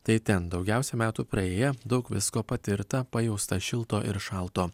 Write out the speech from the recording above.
tai ten daugiausiai metų praėję daug visko patirta pajausta šilto ir šalto